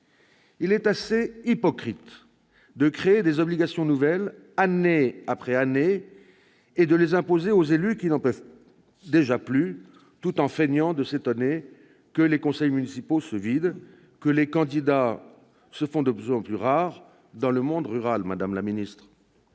Il est assez hypocrite de créer des obligations nouvelles, année après année, et de les imposer aux élus qui n'en peuvent déjà plus, tout en feignant de s'étonner que les conseils municipaux se vident, que les candidats se font de plus en plus rares dans le monde rural, madame la ministre.